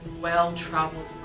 well-traveled